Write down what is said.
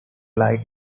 like